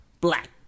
black